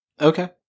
okay